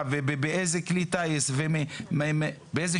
באיזה כלי וכולי.